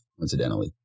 incidentally